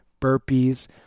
burpees